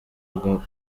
bwo